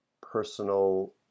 personal